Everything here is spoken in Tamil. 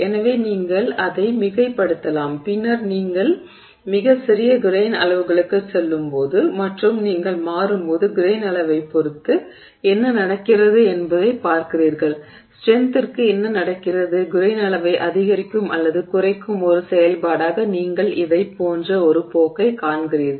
எனவே நீங்கள் அதை மிகைப்படுத்தலாம் பின்னர் நீங்கள் மிகச் சிறிய கிரெய்ன் அளவுகளுக்குச் செல்லும்போது மற்றும் நீங்கள் மாறும்போது கிரெய்ன் அளவைப் பொறுத்து என்ன நடக்கிறது என்பதைப் பார்க்கிறீர்கள் ஸ்ட்ரென்த்திற்கு என்ன நடக்கிறது கிரெய்ன் அளவை அதிகரிக்கும் அல்லது குறைக்கும் ஒரு செயல்பாடாக நீங்கள் இதைப் போன்ற ஒரு போக்கைக் காண்கிறீர்கள்